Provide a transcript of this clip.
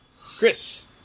Chris